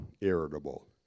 irritable